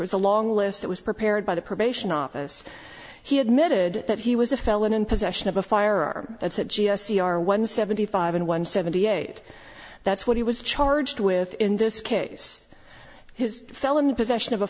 was a long list that was prepared by the probation office he admitted that he was a felon in possession of a firearm that's a g c r one seventy five n one seventy eight that's what he was charged with in this case his felony possession of a